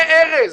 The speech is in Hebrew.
ארז,